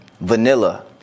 vanilla